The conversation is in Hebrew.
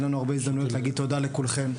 לנו הרבה הזדמנויות להגיד תודה לכולכם,